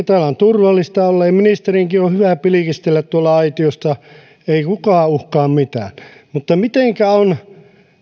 täällä on turvallista olla ja ministerinkin on hyvä pilkistellä tuolta aitiosta ei kukaan uhkaa mitään mutta mitenkä on